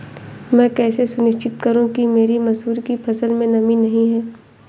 मैं कैसे सुनिश्चित करूँ कि मेरी मसूर की फसल में नमी नहीं है?